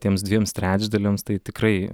tiems dviems trečdaliams tai tikrai